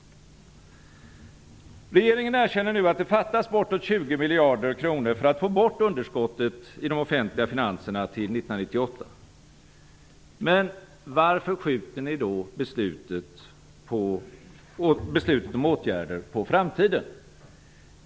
Regeringen erkänner nu att det fattas bortåt 20 miljarder kronor för att få bort underskottet i de offentliga finanserna till 1998. Men varför skjuter ni då beslutet om åtgärder på framtiden?